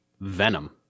Venom